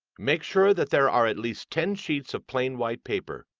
make sure that there are at least ten sheets of plain white paper,